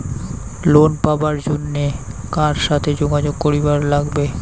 Loan পাবার জন্যে কার সাথে যোগাযোগ করিবার লাগবে?